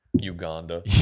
uganda